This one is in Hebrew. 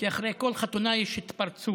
כי אחרי כל חתונה יש התפרצות,